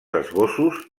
esbossos